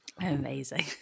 amazing